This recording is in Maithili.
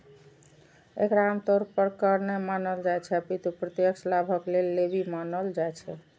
एकरा आम तौर पर कर नै मानल जाइ छै, अपितु प्रत्यक्ष लाभक लेल लेवी मानल जाइ छै